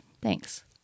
Thanks